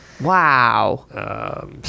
Wow